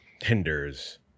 hinders